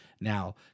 Now